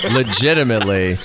legitimately